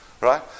right